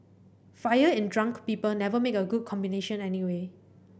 fire and drunk people never make a good combination anyway